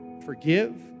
forgive